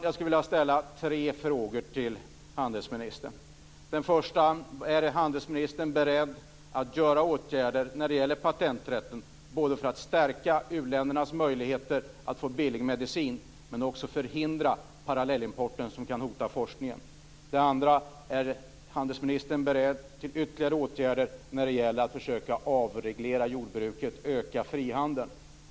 Jag skulle vilja ställa tre frågor till handelsministern. För det första: Är handelsministern beredd att vidta åtgärder inom patenträtten både för att stärka uländernas möjligheter att få billig medicin och för att förhindra parallellimport som kan hota forskningen? För det andra: Är handelsministern beredd till ytterligare åtgärder för att försöka avreglera jordbruket och öka frihandeln?